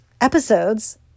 episodes